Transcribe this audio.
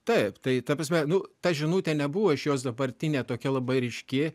taip tai ta prasme nu ta žinutė nebuvo iš jos dabartinė tokia labai ryški